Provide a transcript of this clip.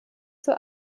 zur